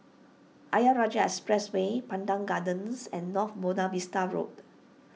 Ayer Rajah Expressway Pandan Gardens and North Buona Vista Road